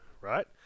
right